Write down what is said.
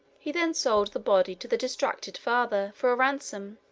he then sold the body to the distracted father for a ransom.